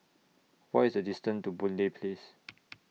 What IS The distance to Boon Lay Place